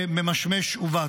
שממשמש ובא.